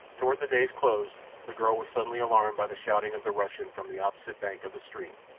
toward the day's close the girl was suddenly alarmed by the shouting of the russian from the opposite bank of the stream,